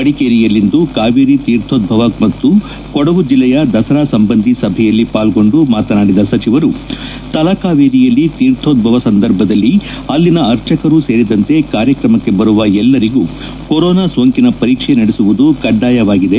ಮಡಿಕೇರಿಯಲ್ಲಿಂದು ಕಾವೇರಿ ತೀರ್ಥೋದ್ದವ ಮತ್ತು ಕೊಡಗು ಜಿಲ್ಲೆಯ ದಸರಾಸಂಬಂಧಿ ಸಭೆಯಲ್ಲಿ ಪಾಲ್ಗೊಂಡು ಮಾತನಾಡಿದ ಸಚಿವರು ತಲಾಕಾವೇರಿ ಯಲ್ಲಿ ತೀರ್ಥೋಧ್ವವ ಸಂದರ್ಭದಲ್ಲಿ ಅಲ್ಲಿನ ಅರ್ಚಕರೂ ಸೇರಿದಂತೆ ಕಾರ್ಯಕ್ರಮಕ್ಕೆ ಬರುವ ಎಲ್ಲರಿಗೂ ಕೋರೋನಾ ಸೋಂಕಿನ ಪರೀಕ್ಷೆ ನಡೆಸುವುದು ಕಡ್ಡಾಯವಾಗಿದೆ